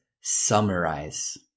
summarize